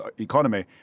economy